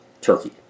Turkey